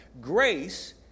Grace